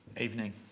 Evening